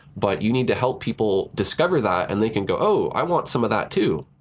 but you need to help people discover that, and they can go, oh, i want some of that too.